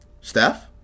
Steph